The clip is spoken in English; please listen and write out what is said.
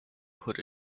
put